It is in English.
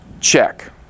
Check